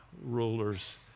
rulers